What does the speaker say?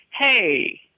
hey